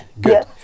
good